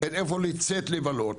לצאת לבלות.